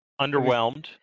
Underwhelmed